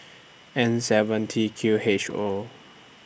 N seven T Q H O